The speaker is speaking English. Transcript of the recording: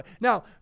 Now